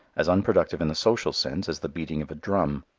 as unproductive in the social sense as the beating of a drum.